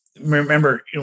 Remember